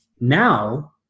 Now